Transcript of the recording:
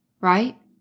right